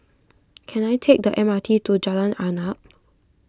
can I take the M R T to Jalan Arnap